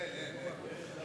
אין, אין רשימה.